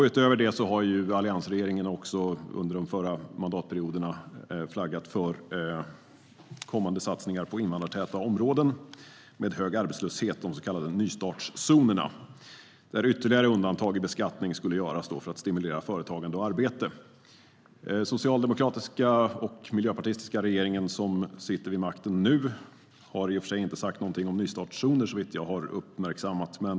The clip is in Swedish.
Utöver det har alliansregeringen också under de förra mandatperioderna flaggat för kommande satsningar på invandrartäta områden med hög arbetslöshet, de så kallade nystartszonerna, där ytterligare undantag i beskattning skulle göras för att stimulera företagande och arbete. Den socialdemokratiska och miljöpartistiska regeringen som nu sitter vid makten har i och för sig inte sagt någonting om nystartszoner såvitt jag har uppmärksammat.